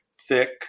thick